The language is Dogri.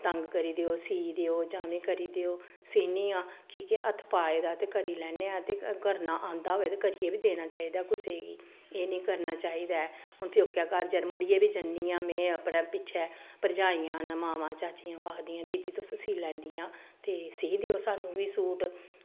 तंग करी देओ सीऽ देओ जांं एह् करी देओ सीह्नी आं कि के हत्थ पाए दा ते करी लैने आं ते करना आंदा होए ते करियै बी देना चाहिदा कुसै गी एह् निं करना चाहिदा ऐ हून प्योकै घर जद मुड़ियै बी जन्नी आं में अपने पिच्छें भरजाइयां न मावां चाचियां ओह् आखदियां दीदी तुस सीऽ लैंदियां ते सीऽ देओ सानूं बी सूट